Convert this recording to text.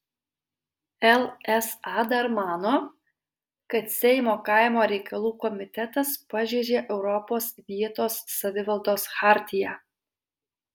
lsa dar mano kad seimo kaimo reikalų komitetas pažeidžia europos vietos savivaldos chartiją